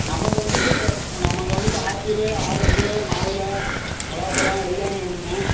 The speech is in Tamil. நமக்கு வந்துட்டு நமக்கு வந்துட்டு ஆப்பிளு ஆரஞ்சு மாதுளை பலாப்பழம் எல்லாமே வேணும்ண்ணே